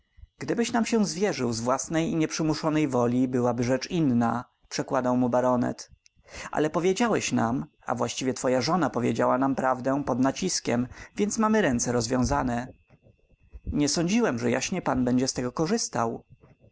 gdybyś nam się zwierzył z własnej i nieprzymuszonej woli byłaby rzecz inna przekładał mu baronet ale powiedziałeś nam a właściwie twoja żona powiedziała nam prawdę pod naciskiem więc mamy ręce rozwiązane nie sądziłem że jaśnie pan będzie z tego korzystał